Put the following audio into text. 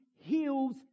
heals